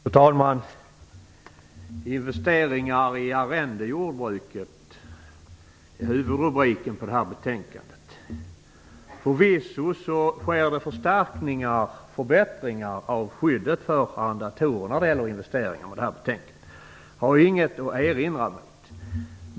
Fru talman! Huvudrubriken på detta betänkande är Investeringar i arrendejordbruket. Förvisso sker förstärkningar och förbättringar i skyddet för arrendatorer genom det här betänkandet. Det har jag inget att erinra mot.